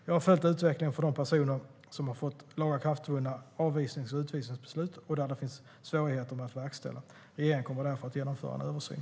Jag har följt utvecklingen för de personer som har fått lagakraftvunna avvisnings och utvisningsbeslut och där det finns svårigheter med att verkställa. Regeringen kommer därför att genomföra en översyn.